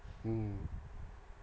mm